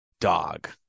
dog